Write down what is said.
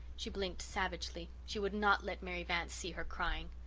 she blinked savagely she would not let mary vance see her crying.